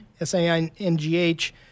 S-A-I-N-G-H